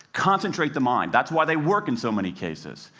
concentrate the mind that's why they work in so many cases.